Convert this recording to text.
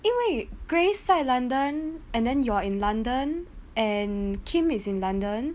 因为 grace london and then you're in london and kim is in london